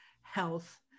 health